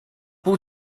pół